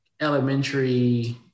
elementary